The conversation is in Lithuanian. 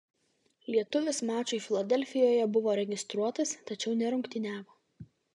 lietuvis mačui filadelfijoje buvo registruotas tačiau nerungtyniavo